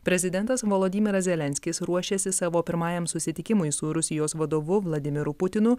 prezidentas volodimyras zelenskis ruošiasi savo pirmajam susitikimui su rusijos vadovu vladimiru putinu